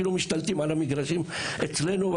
אפילו משתלטים על המגרשים אצלנו,